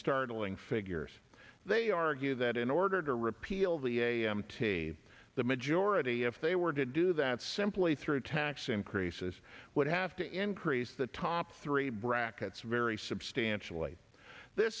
startling figures they argue that in order to repeal the a m t the majority if they were to do that simply through tax increases would have to increase the top three brackets very substantially th